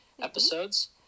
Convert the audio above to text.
episodes